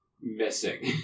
missing